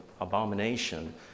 abomination